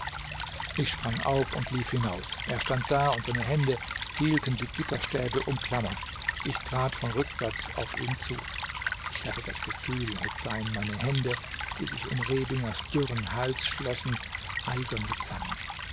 ich sprang auf und lief hinaus er stand da und seine hände hielten die gitterstäbe umklammert ich trat von rückwärts auf ihn zu ich hatte das gefühl als seien meine hände die sich um rebingers dürren hals schlossen eiserne zangen